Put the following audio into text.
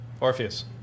Orpheus